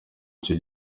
icyo